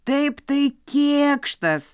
taip tai kėkštas